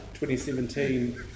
2017